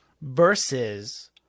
versus